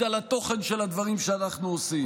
על התוכן של הדברים שאנחנו עושים.